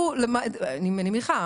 אני מניחה,